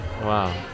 Wow